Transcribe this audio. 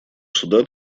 суда